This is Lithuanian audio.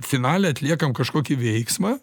finale atliekam kažkokį veiksmą